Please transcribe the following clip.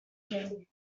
game